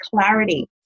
clarity